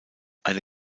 eine